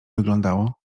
wyglądało